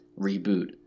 reboot